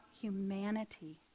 humanity